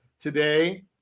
today